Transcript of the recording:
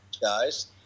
guys